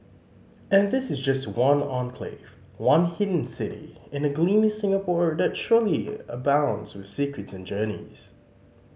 and this is just one enclave one hidden city in a gleaming Singapore that surely abounds with secrets and journeys